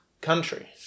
country